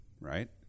right